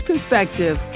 perspective